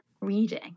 reading